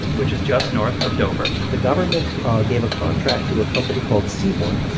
which is just north of dover the government gave a contract to a company called seaborne.